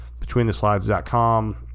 BetweenTheSlides.com